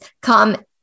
come